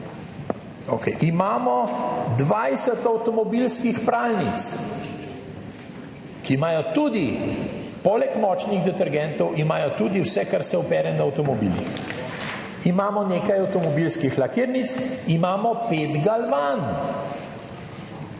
Imamo 20 avtomobilskih pralnic, ki imajo tudi poleg močnih detergentov, imajo tudi vse kar se opere na avtomobilih. Imamo nekaj avtomobilskih lakirnic, imamo 5 galvan.